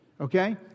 Okay